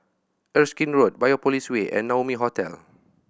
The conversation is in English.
Erskine Road Biopolis Way and Naumi Hotel